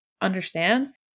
understand